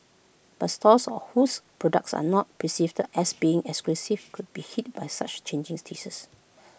but stores whose products are not perceived as being exclusive could be hit by such changing tastes